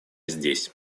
здесь